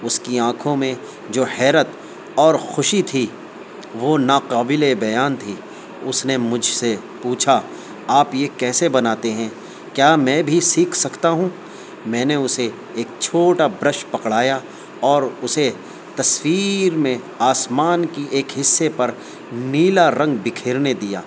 اس کی آنکھوں میں جو حیرت اور خوشی تھی وہ ناقابل بیان تھی اس نے مجھ سے پوچھا آپ یہ کیسے بناتے ہیں کیا میں بھی سیکھ سکتا ہوں میں نے اسے ایک چھوٹا برش پکڑایا اور اسے تصویر میں آسمان کی ایک حصے پر نیلا رنگ بکھیرنے دیا